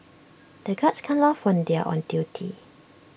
the guards can't laugh when they are on duty